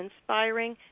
Inspiring